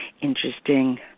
interesting